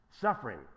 suffering